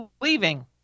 leaving